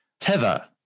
Teva